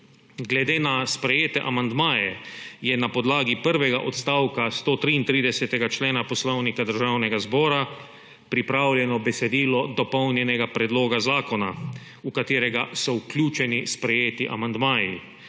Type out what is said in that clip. Glede na sprejete amandmaje je na podlagi prvega odstavka 133. člena Poslovnika Državnega zbora pripravljeno besedilo dopolnjenega predloga zakona, v katerega so vključeni sprejeti amandmaji.